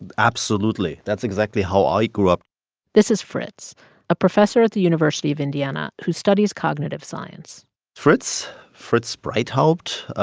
absolutely. that's exactly how i grew up this is fritz a professor at the university of indiana who studies cognitive science fritz. fritz breithaupt